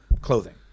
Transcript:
clothing